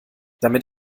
damit